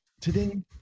today